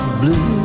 blue